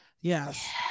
yes